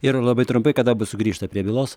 ir labai trumpai kada bus sugrįžta prie bylos